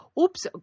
oops